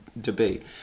debate